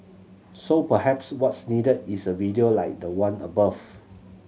so perhaps what's needed is a video like the one above